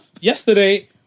yesterday